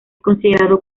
considerado